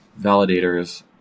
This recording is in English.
validators